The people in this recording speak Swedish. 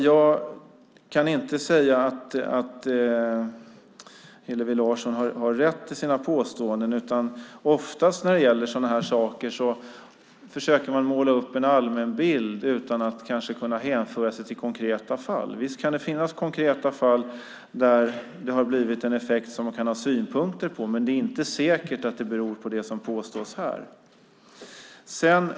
Jag kan alltså inte säga att Hillevi Larsson har rätt i sina påståenden, utan oftast när det gäller sådana här saker försöker man måla upp en allmän bild utan att kanske kunna hänföra sig till konkreta fall. Visst kan det finnas konkreta fall där det har blivit en effekt som man kan ha synpunkter på. Men det är inte säkert att det beror på det som påstås här.